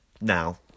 Now